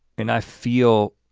and i feel